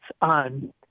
on